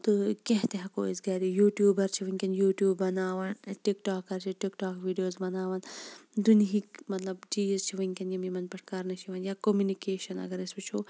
تہٕ کیٚنٛہہ تہِ ہیٚکو أسۍ گَرِ یوٗٹیوٗبَر چھِ وُنکیٚن یوٗ ٹیوٗب بَناوان ٹِک ٹاکَر چھِ ٹِک ٹاک ویٖڈیوز بَناوان دُنیِہٕکۍ مَطلَب چیٖز چھِ وُنکیٚن یِمن یِمَن پیٚٹھ کَرنہٕ چھِ یِوان یا کوٚمنِکیشَن اَگَر أسۍ وُچھو